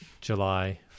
July